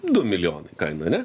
du milijonai kaina ane